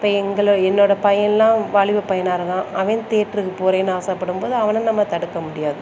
இப்போ எங்களை என்னோட பையன்லாம் வாலிப பையனாக இருக்கான் அவன் தேட்டருக்கு போறேன் ஆசைப்படும்போது அவனை நம்ம தடுக்க முடியாது